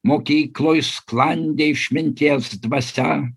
mokykloj sklandė išminties dvasia